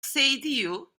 seydiu